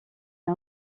est